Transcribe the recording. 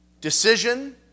decision